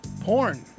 Porn